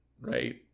right